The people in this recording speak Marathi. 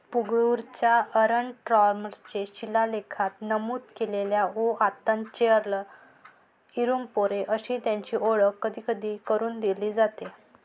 पुगळूरच्या अरनट्टार्मलै शिलालेखात नमूद केलेल्या को आत्तन् चेरल् इरुम्पोरै अशी त्यांची ओळख कधीकधी करून दिली जाते